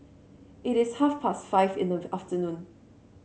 it is half past five in the afternoon